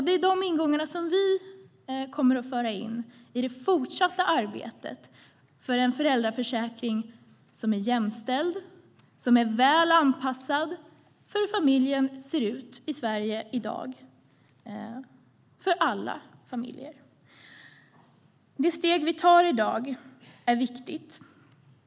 Det är de ingångar vi kommer att ha i det fortsatta arbetet för en föräldraförsäkring som är jämställd och väl anpassad till hur familjerna ser ut i Sverige i dag - alla familjer. Det steg vi tar i dag är viktigt.